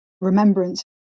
Remembrance